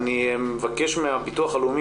אני מבקש מביטוח לאומי,